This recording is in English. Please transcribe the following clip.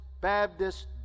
Baptist